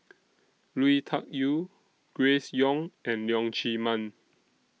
Lui Tuck Yew Grace Young and Leong Chee Mun